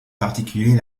particulier